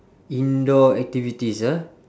indoor activities ah